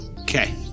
Okay